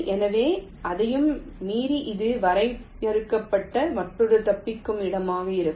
எனவே அதையும் மீறி இது வரையறுக்கப்பட்ட மற்றொரு தப்பிக்கும் இடமாக இருக்கும்